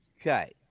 Okay